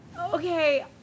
Okay